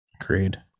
Agreed